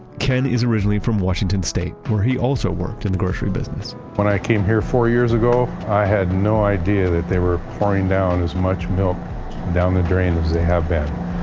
ken is originally from washington state where he also worked in the grocery business when i came here four years ago, i had no idea that they were pouring down as much milk down the drain as they have been.